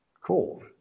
Cool